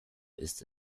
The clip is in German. ist